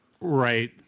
Right